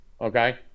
okay